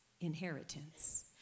inheritance